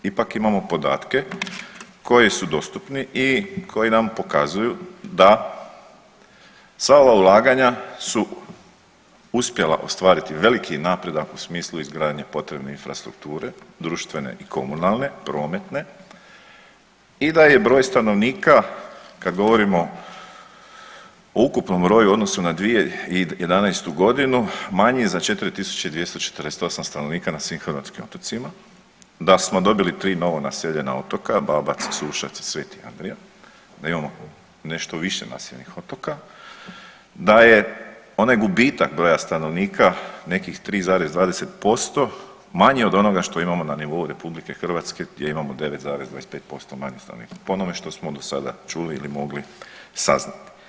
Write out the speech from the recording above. Ipak imamo podatke koji su dostupni i koji nam pokazuju da sva ova ulaganja su uspjela ostvariti veliki napredak u smislu izgradnje potrebne infrastrukture, društvene i komunalne, prometne i da je broj stanovnika kad govorimo o ukupnom broju u odnosu na 2011. godinu manji za 4248 stanovnika na svim hrvatskim otocima, da smo dobili tri novo naseljena otoka Babac, Sušac i Sveti Andrija, da imamo nešto više naseljenih otoka, da je onaj gubitak broja stanovnika nekih 3,20% manji od onoga što imamo na nivou Republike Hrvatske gdje imamo 9,25% manje stanovnika po onome što smo do sada čuli ili mogli saznati.